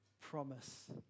promise